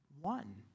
one